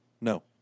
No